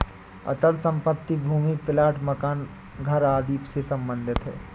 अचल संपत्ति भूमि प्लाट मकान घर आदि से सम्बंधित है